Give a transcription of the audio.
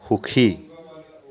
সুখী